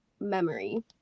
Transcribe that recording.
memory